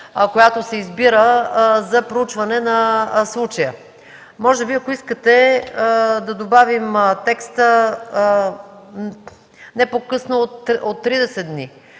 която се избира за проучване на случая. Може би, ако искате, да добавим текста „не по-късно от 30 дни”.